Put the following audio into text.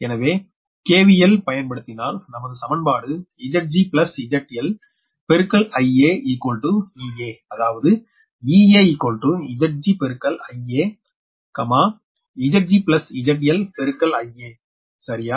எனவே KVL பயன்படுத்தினால் நமது சமன்பாடு Zg ZL Ia Ea அதாவது Ea Zg IaZg ZL Ia சரியா